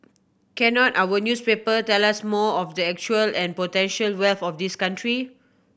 cannot our newspaper tell us more of the actual and potential wealth of this country